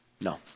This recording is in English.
No